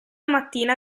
mattina